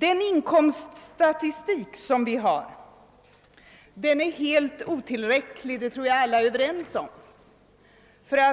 Den inkomststatistik vi har är helt otillräcklig — det tror jag alla är överens om — och kan